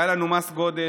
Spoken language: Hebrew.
היה לנו מס גודש,